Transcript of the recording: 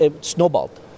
snowballed